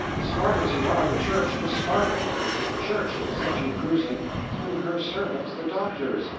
smart as you are, the church was smarter. it was the church that sent you cruising through her servants, the doctors.